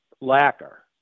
lacquer